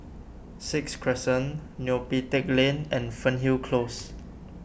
Sixth Crescent Neo Pee Teck Lane and Fernhill Close